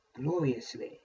gloriously